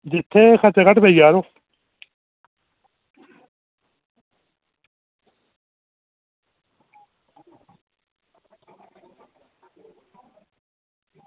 जित्थें खर्चा घट्ट पेई जाह्ग यरो